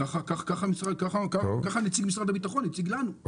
ככה נציג משרד הביטחון הציג לנו.